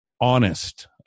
honest